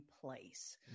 place